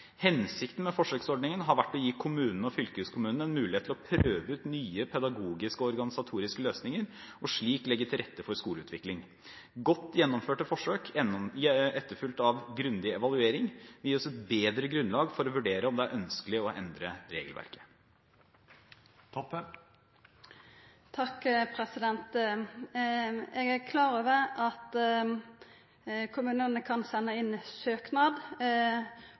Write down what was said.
Hensikten med forsøksordningen har vært å gi kommunene og fylkeskommunene en mulighet til å prøve ut nye pedagogiske og organisatoriske løsninger og slik legge til rette for skoleutvikling. Godt gjennomførte forsøk, etterfulgt av grundig evaluering, vil gi oss et bedre grunnlag for å vurdere om det er ønskelig å endre regelverket. Eg er klar over at kommunane kan senda inn søknad